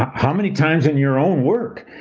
how many times in your own work,